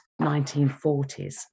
1940s